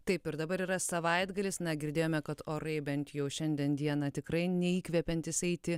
taip ir dabar yra savaitgalis na girdėjome kad orai bent jau šiandien dieną tikrai neįkvepiantys eiti